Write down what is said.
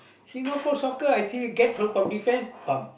Singapore soccer I say get from defense pump